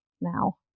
now